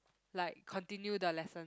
like continue the lesson